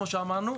כמו שאמרנו,